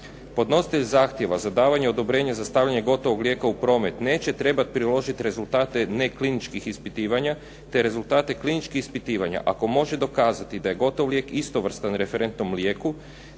Podnositelj zahtjeva za davanje odobrenja za stavljanje gotovog lijeka u promet neće trebati priložiti rezultate nekliničkih ispitivanja te rezultate kliničkih ispitivanja ako može dokazati da je gotovo lijek istovrstan referentnom lijeku